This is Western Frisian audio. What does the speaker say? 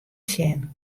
sjen